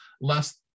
less